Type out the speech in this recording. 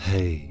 Hey